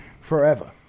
forever